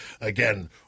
again